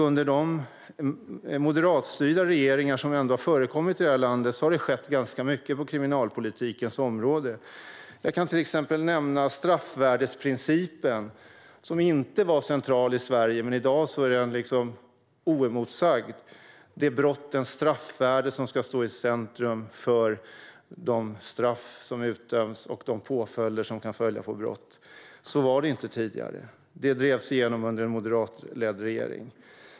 Under de moderatstyrda regeringar som har förekommit i detta land har det skett ganska mycket på kriminalpolitikens område. Jag kan till exempel nämna straffvärdesprincipen, som inte var central i Sverige men som i dag är oemotsagd. Det är brottens straffvärde som ska stå i centrum för de straff som utdöms och de påföljder som kan följa på brott. Så var det inte tidigare, utan detta drevs igenom under moderatledd regering.